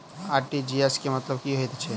RTGS केँ मतलब की हएत छै?